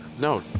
No